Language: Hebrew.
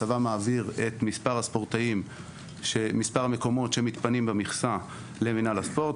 הצבא מעביר את מספר המקומות שמתפנים במכסה למינהל הספורט,